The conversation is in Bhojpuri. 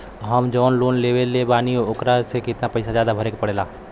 हम जवन लोन लेले बानी वोकरा से कितना पैसा ज्यादा भरे के पड़ेला?